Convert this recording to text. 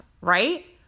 right